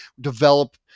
develop